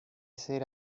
ser